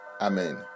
amen